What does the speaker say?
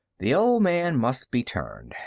the old man must be turned.